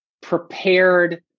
prepared